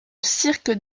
cirque